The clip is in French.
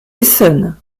essen